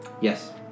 Yes